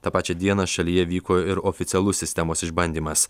tą pačią dieną šalyje vyko ir oficialus sistemos išbandymas